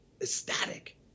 ecstatic